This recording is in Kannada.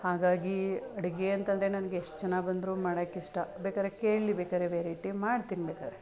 ಹಾಗಾಗಿ ಅಡುಗೆ ಅಂತ ಅಂದ್ರೆ ನನ್ಗೆ ಎಷ್ಟು ಜನ ಬಂದರೂ ಮಾಡೋಕ್ಕಿಷ್ಟ ಬೇಕಾದ್ರೆ ಕೇಳಲಿ ಬೇಕಾದ್ರೆ ವೆರೈಟಿ ಮಾಡ್ತೀನಿ ಬೇಕಾದ್ರೆ